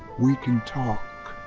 we can talk.